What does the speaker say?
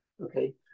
Okay